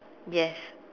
yes